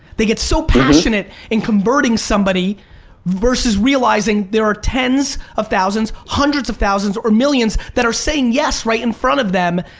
they get so passionate in converting somebody versus realizing there are tens of thousands, hundreds of thousands or millions that are saying yes right in front of them,